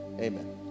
amen